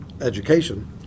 education